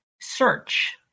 search